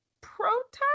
protest